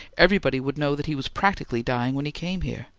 everybody would know that he was practically dying when he came here.